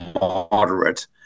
moderate